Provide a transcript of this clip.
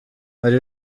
hari